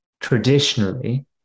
traditionally